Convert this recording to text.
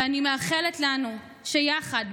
ואני מאחלת לנו שיחד,